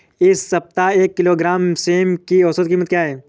इस सप्ताह एक किलोग्राम सेम की औसत कीमत क्या है?